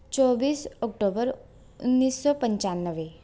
चौबीस ओक्टूबर उन्नीस सौ पंचान्वे